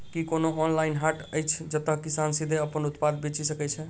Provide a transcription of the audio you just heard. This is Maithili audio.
की कोनो ऑनलाइन हाट अछि जतह किसान सीधे अप्पन उत्पाद बेचि सके छै?